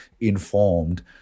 informed